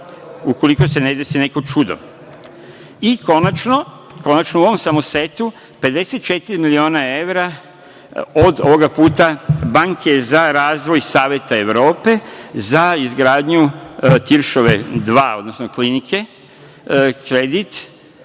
ukoliko se ne desi neko čudo. Konačno, u ovom samo setu, 54 miliona evra od, ovoga puta, Banke za razvoj Saveta Evrope za izgradnju „Tiršove 2“, odnosno klinike, kredit